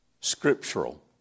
scriptural